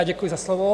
Děkuji za slovo.